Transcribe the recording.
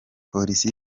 polisi